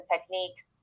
techniques